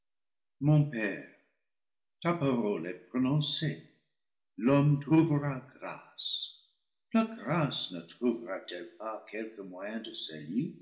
mon père ta parole est prononcée l'homme trouvera grace la grâce ne trouvera t elle pas quelque moyen de